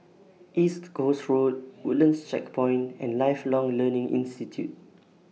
East Coast Road Woodlands Checkpoint and Lifelong Learning Institute